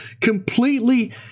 completely